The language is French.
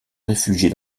réfugier